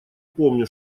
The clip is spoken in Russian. помню